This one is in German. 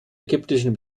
ägyptischen